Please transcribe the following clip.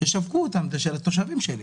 תשווקו לתושבים שלי,